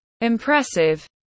impressive